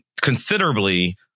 considerably